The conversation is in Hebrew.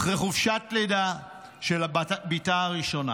אחרי חופשת הלידה של בתה הראשונה